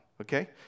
Okay